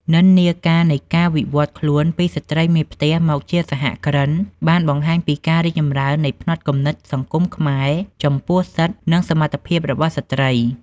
និន្នាការនៃការវិវត្តខ្លួនពីស្ត្រីមេផ្ទះមកជាសហគ្រិន បានបង្ហាញពីការរីកចម្រើននៃផ្នត់គំនិតសង្គមខ្មែរចំពោះសិទ្ធិ និងសមត្ថភាពរបស់ស្ត្រី។